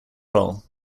role